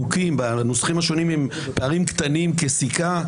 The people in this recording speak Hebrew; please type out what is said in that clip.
בחוקים, בנוסחים השונים, הם פערים קטנים כסיכה.